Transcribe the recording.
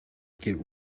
get